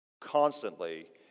constantly